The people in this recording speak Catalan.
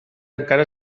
encara